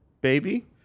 baby